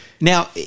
Now